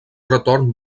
retorn